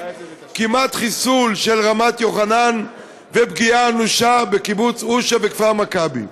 כמעט חיסול של רמת יוחנן ופגיעה אנושה בקיבוצים אושה וכפר המכבי?